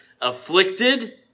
afflicted